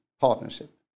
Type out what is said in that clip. partnership